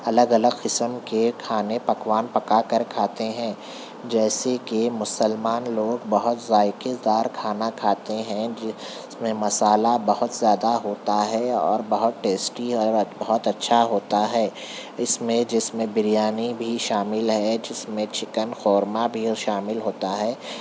الگ الگ قسم کے کھانے پکوان پکا کر کھاتے ہیں جیسے کہ مسلمان لوگ بہت ذائقے دار کھانا کھاتے ہیں جس میں مسالہ بہت زیادہ ہوتا ہے اور بہت ٹیسٹی اور بہت اچھا ہوتا ہے اس میں جس میں بریانی بھی شامل ہے جس میں چکن قورمہ بھی شامل ہوتا ہے